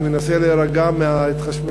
אני מנסה להירגע מההתחשמלות.